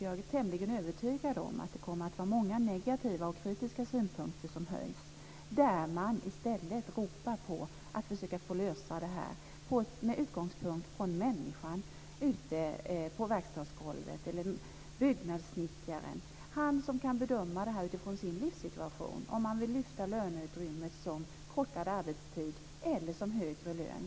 Jag är tämligen övertygad om att många negativa och kritiska synpunkter kommer att höjas och att man i stället ropar att det gäller att försöka lösa det här med utgångspunkt i människan ute på verkstadsgolvet eller byggnadssnickaren - han som kan bedöma det här utifrån sin livssituation, alltså om han vill lyfta löneutrymmet som kortare arbetstid eller som högre lön.